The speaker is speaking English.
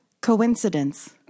coincidence